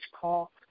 call